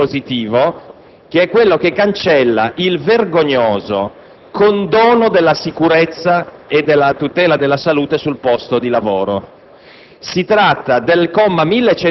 un articolo esicuramente positivo ed e quello che cancella il vergognoso condono della sicurezza e della tutela della salute sul posto di lavoro.